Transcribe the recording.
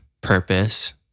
purpose